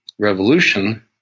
Revolution